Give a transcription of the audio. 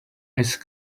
ice